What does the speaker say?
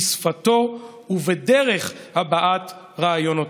בשפתם ובדרך הבעת רעיונותיהם.